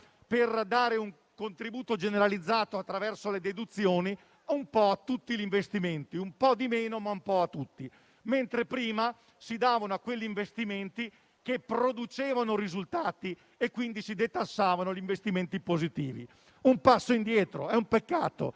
per dare un contributo generalizzato, attraverso le deduzioni, un po' a tutti gli investimenti; un po' di meno, ma a tutti, mentre prima si davano agli investimenti che producevano risultati (quindi si detassavano quelli positivi); è un passo indietro ed è un peccato.